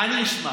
אני אשמע.